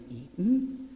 eaten